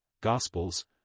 gospels